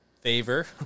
favor